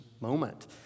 moment